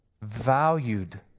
valued